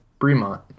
Bremont